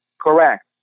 correct